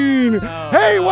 Hey